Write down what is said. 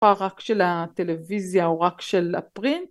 רק של הטלוויזיה או רק של הפרינט.